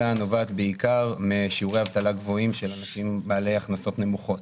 אלא נובעת בעיקר משיעורי אבטלה גבוהים של אנשים בעלי הכנסות נמוכות